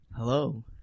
Hello